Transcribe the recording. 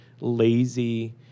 lazy